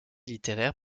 littéraires